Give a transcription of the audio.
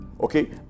okay